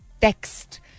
text